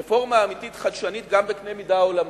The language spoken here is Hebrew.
רפורמה אמיתית חדשנית גם בקנה מידה עולמי.